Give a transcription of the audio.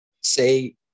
say